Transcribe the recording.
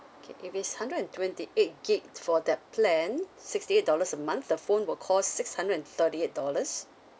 okay if it's hundred and twenty eight gig for that plan sixty eight dollars a month the phone will cost six hundred and thirty eight dollars